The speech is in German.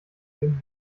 film